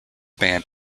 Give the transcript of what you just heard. band